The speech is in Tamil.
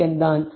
நீங்கள் 0